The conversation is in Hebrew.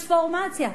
טרנספורמציה,